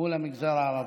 מול המגזר הערבי.